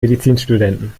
medizinstudenten